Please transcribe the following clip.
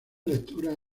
lecturas